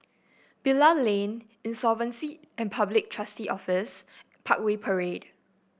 Bilal Lane Insolvency and Public Trustee Office Parkway Parade